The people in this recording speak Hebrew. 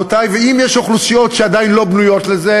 אם יש אוכלוסיות שעדיין לא בנויות לזה,